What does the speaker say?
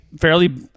fairly